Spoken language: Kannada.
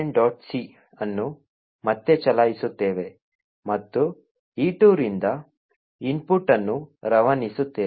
c ಅನ್ನು ಮತ್ತೆ ಚಲಾಯಿಸುತ್ತೇವೆ ಮತ್ತು e2 ರಿಂದ ಇನ್ಪುಟ್ ಅನ್ನು ರವಾನಿಸುತ್ತೇವೆ